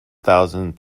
thousand